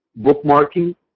bookmarking